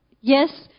yes